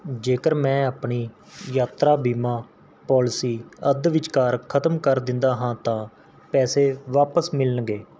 ਜੇਕਰ ਮੈਂ ਆਪਣੀ ਯਾਤਰਾ ਬੀਮਾ ਪੋਲਿਸੀ ਅੱਧ ਵਿਚਕਾਰ ਖ਼ਤਮ ਕਰ ਦਿੰਦਾ ਹਾਂ ਤਾਂ ਪੈਸੇ ਵਾਪਸ ਮਿਲਣਗੇ